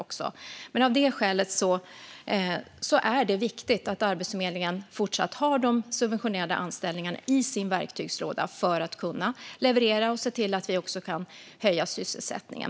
Av det skälet är det viktigt att Arbetsförmedlingen fortsatt har de subventionerade anställningarna i sin verktygslåda för att kunna leverera och se till att vi kan höja sysselsättningen.